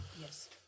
Yes